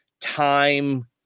time